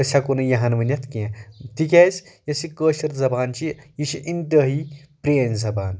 أسۍ ہیٚکو نہٕ یہِ ہن ؤنِتھ کینٛہہ تِکیازِ یۄس یہِ کٲشِر زبان چھ یہِ چھ انتہٲیی پرٲنۍ زبان